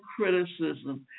criticism